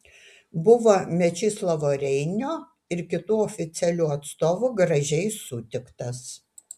buvo mečislovo reinio ir kitų oficialių atstovų gražiai sutiktas